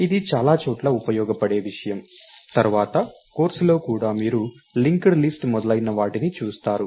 ఇది చాలా చోట్ల ఉపయోగపడే విషయం తర్వాత కోర్సులో కూడా మీరు లింక్డ్ లిస్ట్ మొదలైనవాటిని చూస్తారు